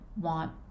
want